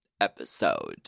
episode